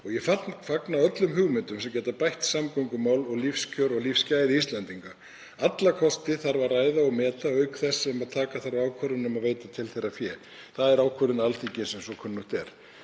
Ég fagna öllum hugmyndum sem geta bætt samgöngumál, lífskjör og lífsgæði Íslendinga. Alla kosti þarf að ræða og meta auk þess sem taka þarf ákvörðun um að veita til þeirra fé. Það er ákvörðun Alþingis eins og kunnugt er.